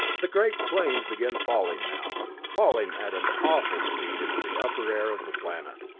the great planes began falling now falling at an awful speed into the upper air of the planet,